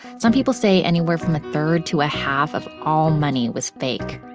some people say anywhere from a third to a half of all money was fake.